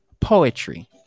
Poetry